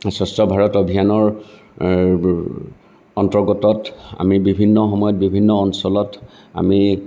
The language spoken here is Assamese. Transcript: স্বচ্ছ ভাৰত অভিজানৰ অন্তৰ্গত আমি বিভিন্ন সময়ত বিভিন্ন অঞ্চলত আমি